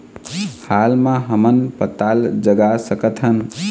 हाल मा हमन पताल जगा सकतहन?